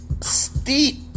steep